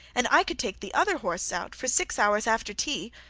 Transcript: and i could take the other horse out for six hours after tea,